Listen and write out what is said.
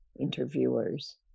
interviewers